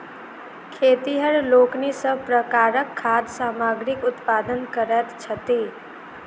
खेतिहर लोकनि सभ प्रकारक खाद्य सामग्रीक उत्पादन करैत छथि